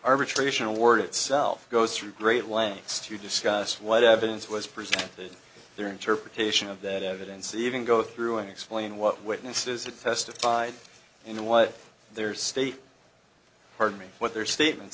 arbitration award itself goes to great lengths to discuss what evidence was presented their interpretation of that evidence even go through and explain what witnesses that testified in what their state pardon me what their statements